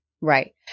Right